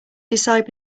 decide